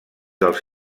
dels